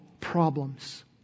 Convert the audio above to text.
problems